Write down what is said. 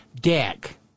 deck